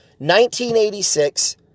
1986